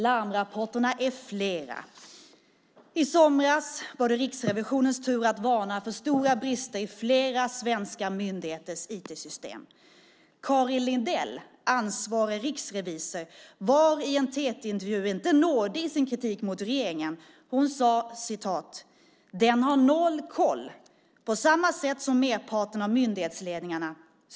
Larmrapporterna är flera. I somras var det Riksrevisionens tur att varna för stora brister i flera svenska myndigheters IT-system. Karin Lindell, ansvarig riksrevisor, var i en TT-intervju inte nådig i sin kritik av regeringen. Hon sade: "Den har noll koll, på samma sätt som merparten av myndighetsledningarna."